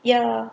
ya